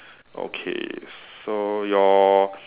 okay so your